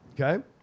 Okay